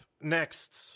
next